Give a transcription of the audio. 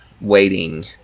waiting